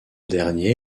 dernier